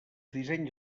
dissenys